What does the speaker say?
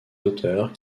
auteurs